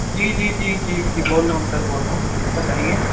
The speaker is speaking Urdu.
جی جی جی جی وکی بول رہا ہوں سر بول رہا ہوں بتائیے